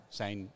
zijn